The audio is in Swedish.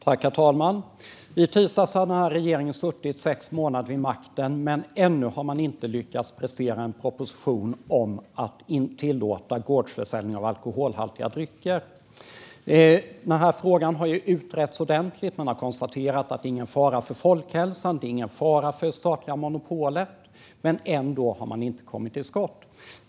Herr talman! I tisdags hade den här regeringen suttit sex månader vid makten, men ännu har man inte lyckats prestera en proposition om att tillåta gårdsförsäljning av alkoholhaltiga drycker. Frågan har utretts ordentligt, och man har konstaterat att det inte råder någon fara för folkhälsan eller för det statliga monopolet. Men ändå har man inte kommit till skott.